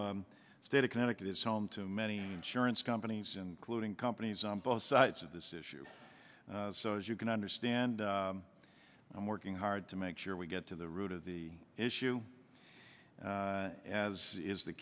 know state of connecticut is home to many insurance companies including companies on both sides of this issue so as you can understand i'm working hard to make sure we get to the root of the issue as is the